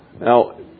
Now